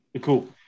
Cool